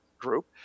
group